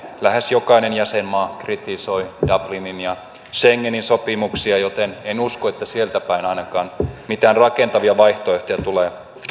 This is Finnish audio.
lähes jokainen jäsenmaa kritisoi dublinin ja schengenin sopimuksia joten en usko että sieltäpäin ainakaan mitään rakentavia vaihtoehtoja tulee